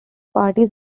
parties